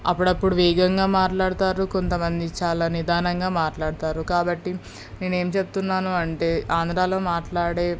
అప్పుడప్పుడు వేగంగా మాట్లాడుతారు కొంతమంది చాలా నిదానంగా మాట్లాడుతారు కాబట్టి నేను ఏమి చెప్తున్నాను అంటే ఆంధ్రాలో మాట్లాడే